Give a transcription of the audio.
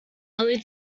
only